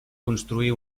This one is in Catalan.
construir